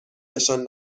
نشان